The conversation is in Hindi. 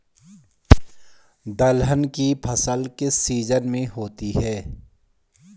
दलहन की फसल किस सीजन में होती है?